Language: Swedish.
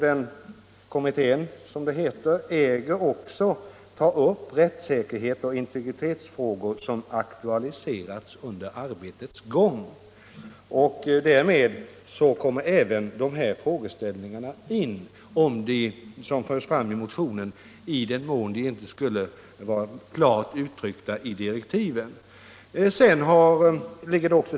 Den äger också ta upp rättssäkerhetsoch integritetsfrågor som har aktualiserats under arbetets gång. Därmed kommer även de frågor in som förs fram i motionen, i den mån de inte skulle vara klart uttryckta i direktiven.